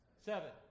Seven